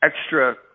extra